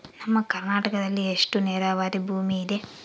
ನಮ್ಮ ಕರ್ನಾಟಕದಲ್ಲಿ ಎಷ್ಟು ನೇರಾವರಿ ಭೂಮಿ ಇದೆ?